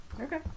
Okay